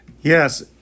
Yes